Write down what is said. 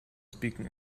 speaking